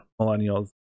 millennials